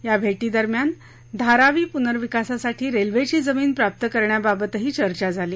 या भेटीदरम्यान धारावी प्नर्विकासासाठी रेल्वेची जमीन प्राप्त करण्याबाबतही चर्चा झाली